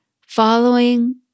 following